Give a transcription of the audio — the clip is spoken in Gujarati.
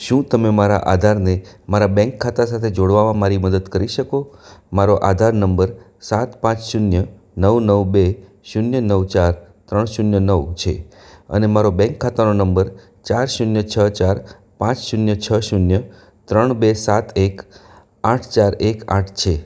શું તમે મારા આધારને મારા બેંક ખાતા સાથે જોડવામાં મારી મદદ કરી શકો મારો આધાર નંબર સાત પાંચ શૂન્ય નવ નવ બે શૂન્ય નવ ચાર ત્રણ શૂન્ય નવ છે અને મારો બેંક ખાતાનો નંબર ચાર શૂન્ય છ ચાર પાંચ શૂન્ય છ શૂન્ય ત્રણ બે સાત એક આઠ ચાર એક આઠ છે